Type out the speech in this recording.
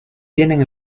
tienen